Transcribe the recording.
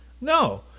no